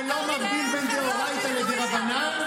שלא מבדיל בין דאורייתא לבין דרבנן,